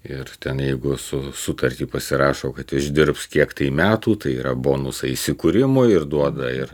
ir ten jeigu su sutartį pasirašo kad išdirbs kiek tai metų tai yra bonusai įsikūrimo ir duoda ir